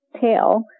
tail